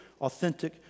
authentic